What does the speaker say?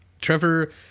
Trevor